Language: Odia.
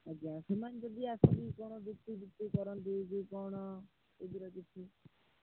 ଆଜ୍ଞା ସେମାନେ ଯଦି ଆସିକି କ'ଣ ଯୁକ୍ତି ଫୁକ୍ତି କରନ୍ତି କି କ'ଣ ଏଗୁଡ଼ା କିଛି